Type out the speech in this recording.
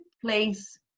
place